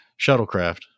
shuttlecraft